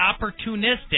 opportunistic